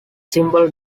symbol